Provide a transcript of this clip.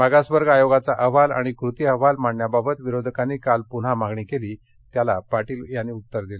मागासवर्ग आयोगाचा अहवाल आणि कृती अहवाल मांडण्यावाबत विरोधकांनी काल पुन्हा मागणी केली त्याला पाटील यांनी उत्तर दिलं